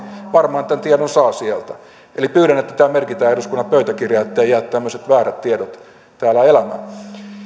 varmaan tämän tiedon saa sieltä eli pyydän että tämä merkitään eduskunnan pöytäkirjaan etteivät jää tämmöiset väärät tiedot täällä elämään